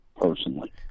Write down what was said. personally